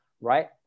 right